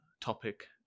topic